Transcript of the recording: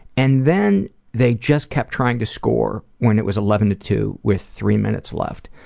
and then they just kept trying to score when it was eleven to two with three minutes left.